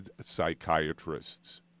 psychiatrists